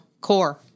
core